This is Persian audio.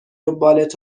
بالت